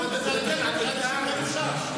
הוקמה ועדה מיוחדת,